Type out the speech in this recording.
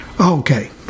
Okay